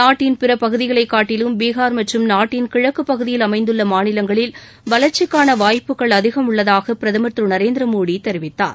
நாட்டின் பிறபகுதிகளைக் காட்டிலும் பீகார் மற்றும் நாட்டின் கிழக்குப் பகுதியில் அமைந்துள்ள மாநிலங்களில் வளர்ச்சிக்கான வாய்ப்புகள் அதிகம் உள்ளதாக பிரதமர் திரு நரேந்திரமோடி கூறினார்